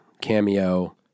cameo